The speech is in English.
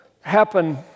happen